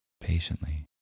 patiently